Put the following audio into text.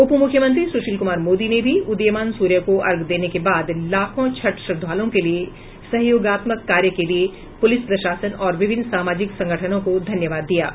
उपमुख्यमंत्री सुशील कुमार मोदी ने भी उदयीमान सूर्य को अर्घ्य देने के बाद लाखों छठ श्रद्वालुओं के लिए सहयोगात्मक कार्य के लिए पुलिस प्रशासन और विभिन्न समाजिक संगठनों को धन्यवाद दिया है